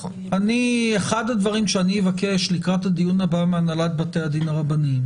אחד הדברים שאבקש לקראת הדיון הבא מהנהלת בתי הדין הרבניים